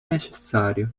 necessario